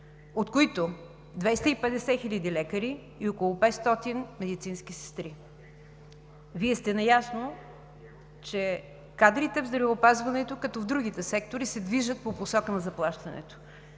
от които 250 хиляди лекари и около 500 медицински сестри. Вие сте наясно, че кадрите в здравеопазването като в другите сектори се движат по посока на заплащането.